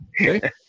Okay